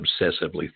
obsessively